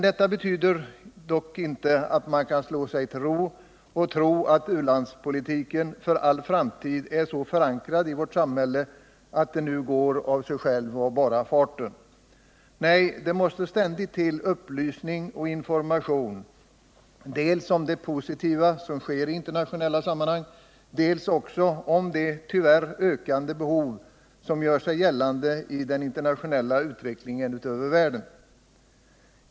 Detta betyder dock inte att man kan slå sig till ro och tro att ulandspolitiken för all framtid är så förankrad i vårt samhälle att det nu går av bara farten. Nej, det måste ständigt till upplysning och information, dels om det positiva som sker i internationella sammanhang, dels också om de tyvärr ökande behov som gör sig gällande i den internationella utvecklingen över världen.